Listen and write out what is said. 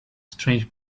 strange